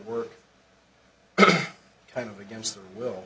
work kind of against the will